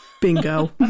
bingo